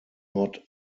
not